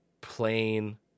plain